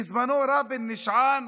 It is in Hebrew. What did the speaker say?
בזמנו רבין נשען